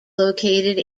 located